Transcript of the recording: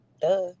Duh